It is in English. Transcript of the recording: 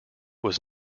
was